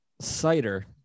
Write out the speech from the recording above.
cider